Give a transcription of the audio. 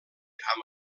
amb